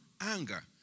anger